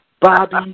Bobby